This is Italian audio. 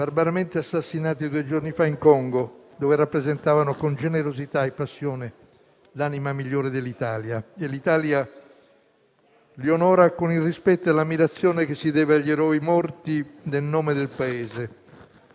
barbaramente assassinati due giorni fa in Congo, dove rappresentavano con generosità e passione l'anima migliore dell'Italia. E l'Italia li onora con il rispetto e l'ammirazione che si deve agli eroi morti nel nome del Paese,